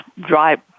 drive